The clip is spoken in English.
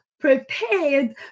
prepared